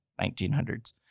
1900s